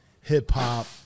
hip-hop